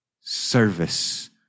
service